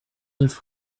neuf